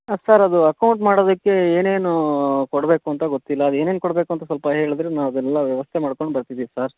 ಹಾಂ ಸರ್ ಅದು ಅಕೌಂಟ್ ಮಾಡೋದಕ್ಕೆ ಏನೇನು ಕೊಡಬೇಕು ಅಂತ ಗೊತ್ತಿಲ್ಲ ಅದೇನೇನು ಕೊಡಬೇಕು ಅಂತ ಸ್ವಲ್ಪ ಹೇಳಿದ್ರೆ ನಾ ಅದೆಲ್ಲ ವ್ಯವಸ್ಥೆ ಮಾಡ್ಕೊಂಡು ಬರ್ತೀವಿ ಸರ್